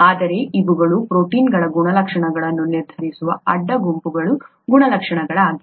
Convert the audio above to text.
ಆದರೆ ಇವುಗಳು ಪ್ರೋಟೀನ್ಗಳ ಗುಣಲಕ್ಷಣಗಳನ್ನು ನಿರ್ಧರಿಸುವ ಅಡ್ಡ ಗುಂಪುಗಳ ಗುಣಲಕ್ಷಣಗಳಾಗಿವೆ